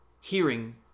hearing